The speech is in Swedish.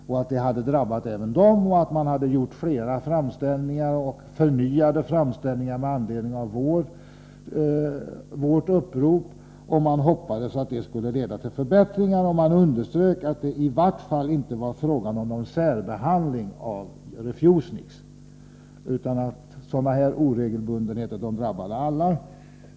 De hade alltså drabbats själva, och de sade sig ha gjort flera framställningar — och förnyade framställningar med anledning av vårt upprop — och de hoppades att det skulle leda till förbättringar. Det underströks att det i varje fall inte var fråga om någon särbehandling av refuseniks. Man menade att sådana här oregelbundenheter drabbar alla.